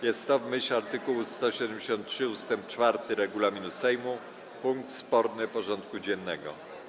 Jest to w myśl art. 173 ust. 4 regulaminu Sejmu punkt sporny porządku dziennego.